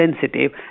sensitive